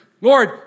Lord